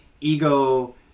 ego